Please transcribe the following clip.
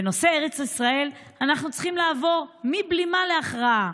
"בנושא ארץ ישראל אנחנו צריכים לעבור מבלימה להכרעה.